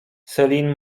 celine